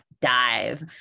dive